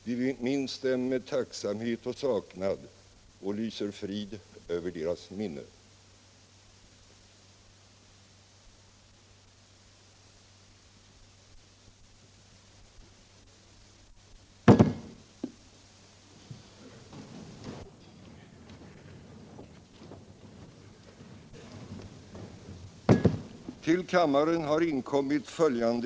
Vi minns dem med tacksamhet och saknad och lyser frid över deras minne.